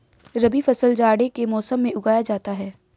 रबी फसल जाड़े के मौसम में उगाया जाता है